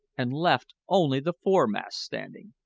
and left only the foremast standing.